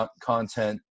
content